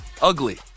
ugly